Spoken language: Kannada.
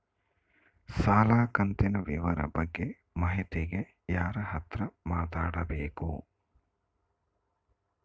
ಸಾಲ ಕಂತಿನ ವಿವರ ಬಗ್ಗೆ ಮಾಹಿತಿಗೆ ಯಾರ ಹತ್ರ ಮಾತಾಡಬೇಕು?